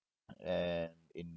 and in